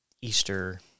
Easter